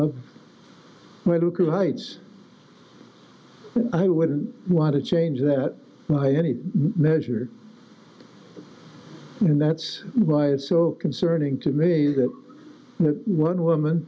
lucas heights i wouldn't want to change that was any measure and that's why it's so concerning to me that one woman